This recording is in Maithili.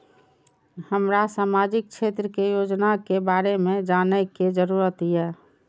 हमरा सामाजिक क्षेत्र के योजना के बारे में जानय के जरुरत ये?